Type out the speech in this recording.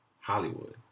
Hollywood